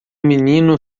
menino